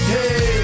Hey